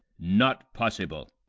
not possible.